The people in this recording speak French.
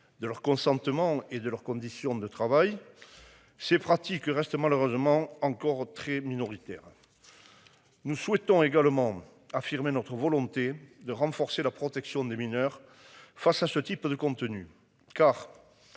De leur consentement et de leurs conditions de travail. Ces pratiques restent malheureusement encore très minoritaires. Nous souhaitons également affirmé notre volonté de renforcer la protection des mineurs. Face à ce type de contenu car.